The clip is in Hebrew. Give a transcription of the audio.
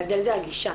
ההבדל זה הגישה.